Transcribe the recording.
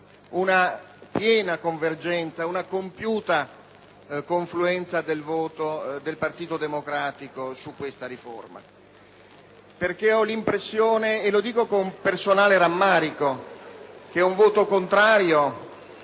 una piena convergenza, una compiuta confluenza del voto del Partito Democratico su questa riforma. Ho l'impressione, e lo dico con personale rammarico, che un voto contrario